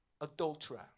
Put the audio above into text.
adulterer